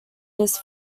his